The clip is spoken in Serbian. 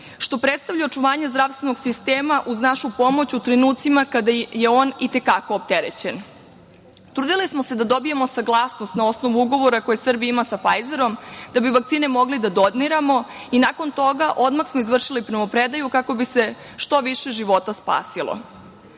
što predstavlja očuvanje zdravstvenog sistema uz našu pomoć u trenucima kada je on i te kako opterećen. Trudili smo se da dobijemo saglasnost na osnovu ugovora koji Srbija ima sa „Fajzerom“ da bi vakcine mogli da doniramo i nakon toga odmah smo izvršili primopredaju kako bi se što više života spasilo.